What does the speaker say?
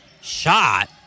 shot